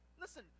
Listen